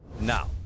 now